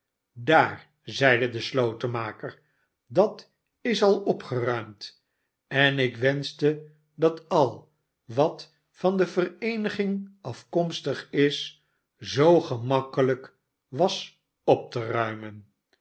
daar zeide de slotenmaker dat is al opgeruimd en ik wenschte dat al wat van de vereeniging afkomstig is zoo gemakkelijk was op te ruimen